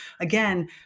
again